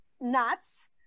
nuts